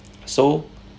so